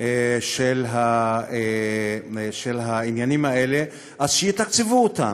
של העניינים האלה, שיתקצבו אותן.